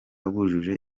bujuje